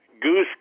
Goose